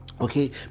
okay